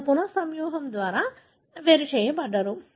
వారు పునఃసంయోగం ద్వారా వేరు చేయబడరు